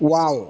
wow